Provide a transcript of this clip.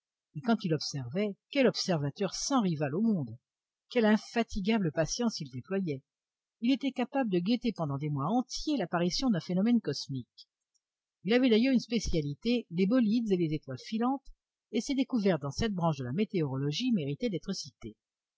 mais quand il observait quel observateur sans rival au monde quelle infatigable patience il déployait il était capable de guetter pendant des mois entiers l'apparition d'un phénomène cosmique il avait d'ailleurs une spécialité les bolides et les étoiles filantes et ses découvertes dans cette branche de la météorologie méritaient d'être citées